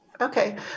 Okay